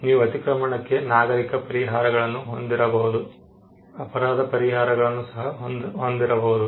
ನೀವು ಅತಿಕ್ರಮಣಕ್ಕೆ ನಾಗರೀಕ ಪರಿಹಾರಗಳನ್ನು ಹೊಂದಿರಬಹುದು ಅಪರಾಧ ಪರಿಹಾರಗಳನ್ನು ಸಹ ಹೊಂದಿರಬಹುದು